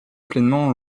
pleinement